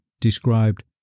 described